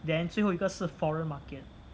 then 最后一个是 foreign market